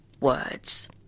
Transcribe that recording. words